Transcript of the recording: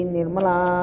Nirmala